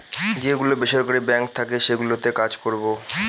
যে গুলো বেসরকারি বাঙ্ক থাকে সেগুলোতে কাজ করবো